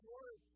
Lord